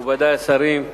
מכובדי השרים,